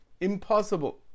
Impossible